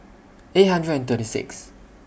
eight hundred and thirty six